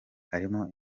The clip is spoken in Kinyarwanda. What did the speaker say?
hariho